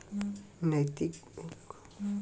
नैतिक बैंको के वैकल्पिक बैंकिंग सेहो मानलो जाय छै